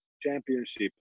championship